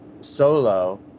solo